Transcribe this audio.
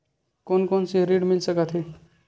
कोन कोन से ऋण मिल सकत हे?